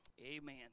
Amen